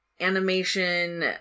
animation